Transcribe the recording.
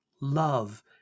love